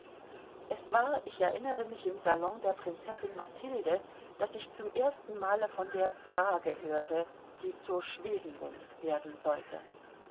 es war ich erinnere mich im salon der prinzessin mathilde daß ich zum erstenmale von der frage hörte die zur schwebenden werden sollte